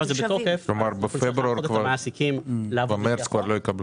הזה בתוקף --- במרץ כבר לא יקבלו.